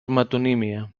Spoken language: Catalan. metonímia